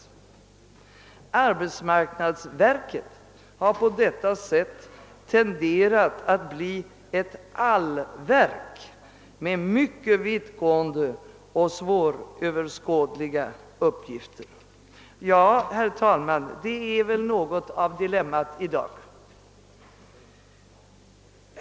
Arbetsmarknadsverket har på detta sätt tenderat att bli ett all-verk med mycket vittgående och svåröverskådliga uppgifter.» Det är just något av dagens dilemma.